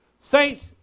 Saints